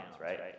right